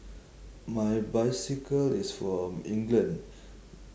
my bicycle is from england